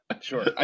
sure